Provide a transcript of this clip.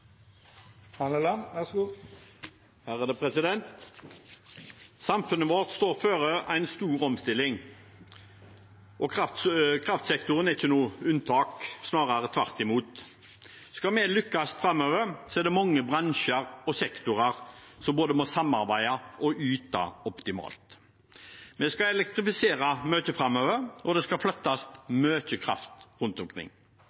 ikke noe unntak, snarere tvert imot. Skal vi lykkes framover, er det mange bransjer og sektorer som må både samarbeide og yte optimalt. Vi skal elektrifisere mye framover, og det skal flyttes mye kraft rundt omkring.